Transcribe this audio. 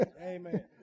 Amen